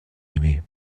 aimé